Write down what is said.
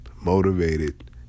motivated